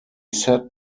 sat